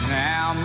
now